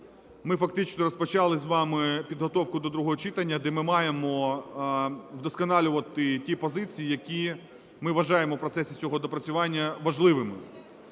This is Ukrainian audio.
Ми фактично розпочали з вами підготовку до другого читання, де ми маємо вдосконалювати ті позиції, які ми вважаємо в процесі цього доопрацювання важливими.